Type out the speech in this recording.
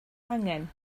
angen